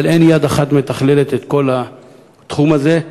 אבל אין יד אחת מתכללת את כל התחום הזה.